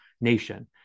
nation